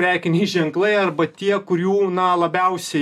prekiniai ženklai arba tie kurių jų na labiausiai